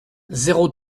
zéro